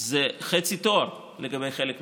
זה חצי תואר אצל חלק מהסטודנטים.